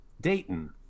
Dayton